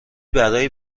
برای